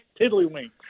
tiddlywinks